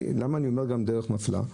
למה אני אומר דרך מפלה?